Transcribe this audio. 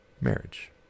marriage